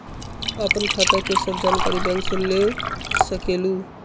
आपन खाता के सब जानकारी बैंक से ले सकेलु?